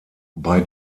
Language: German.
bei